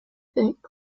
thick